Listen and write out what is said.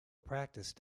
practiced